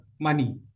money